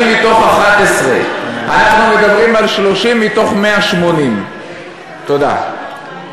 מתוך 11. אנחנו מדברים על 30 מתוך 180. תודה.